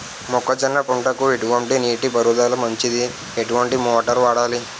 మొక్కజొన్న పంటకు ఎటువంటి నీటి పారుదల మంచిది? ఎటువంటి మోటార్ వాడాలి?